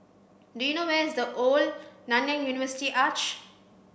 do you know where is The Old Nanyang University Arch